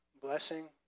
blessing